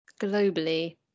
Globally